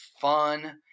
fun